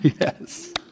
Yes